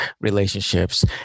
relationships